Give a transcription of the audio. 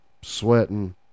sweating